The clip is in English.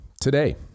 Today